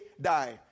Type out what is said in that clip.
die